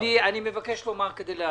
אני מבקש לומר כדלהלן: